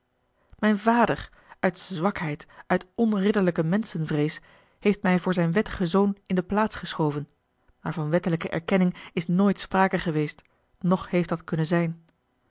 mijn vader uit zwakheid uit onridderlijke menschenvrees a l g bosboom-toussaint de delftsche wonderdokter eel heeft mij voor zijn wettigen zoon in de plaats geschoven maar van wettelijke erkenning is nooit sprake geweest noch heeft dat kunnen zijn